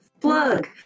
plug